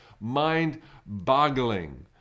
mind-boggling